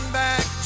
back